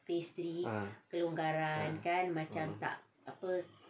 ah